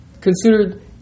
considered